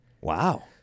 Wow